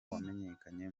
wamenyekanye